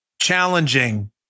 challenging